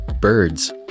Birds